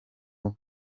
bose